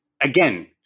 Again